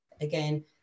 Again